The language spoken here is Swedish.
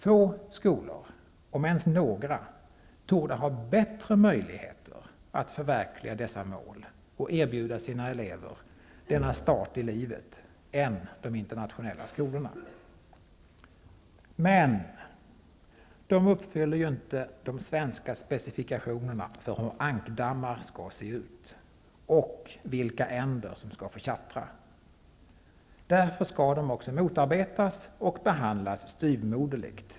Få skolor -- om ens några -- torde ha bättre möjligheter att förverkliga dessa mål och erbjuda sina elever denna start i livet än de internationella skolorna. Men -- de uppfyller ju inte de svenska specifikationerna för hur ankdammar skall se ut och vilka änder som skall få tjattra. Därför skall de också motarbetas och behandlas styvmoderligt.